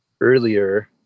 earlier